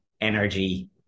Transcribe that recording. energy